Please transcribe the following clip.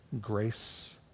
grace